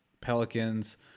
Pelicans